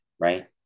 right